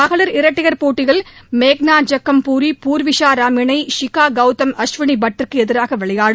மகளிர் இரட்டையர் போட்டியில் மேகனா ஜக்கம்பூரி பூர்விஷா ராம் இணை ஷிகா கவுதம் அஸ்வினி பட் க்கு எதிராக விளையாடும்